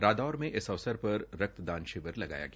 रादौर में इस अवसर पर रक्तदान शिवर लगाया गया